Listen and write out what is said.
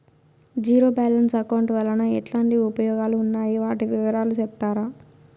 Zero balance account వలన ఎట్లాంటి ఉపయోగాలు ఉన్నాయి? వాటి వివరాలు సెప్తారా?